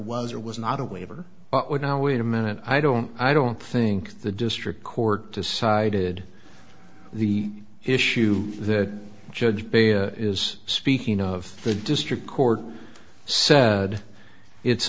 was or was not a waiver but what now wait a minute i don't i don't think the district court decided the issue that judge base is speaking of the district court said it's